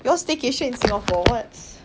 you all staycation in singapore [what]